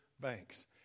banks